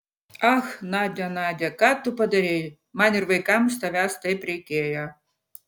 ach nadia nadia ką tu padarei man ir vaikams tavęs taip reikėjo